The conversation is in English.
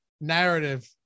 narrative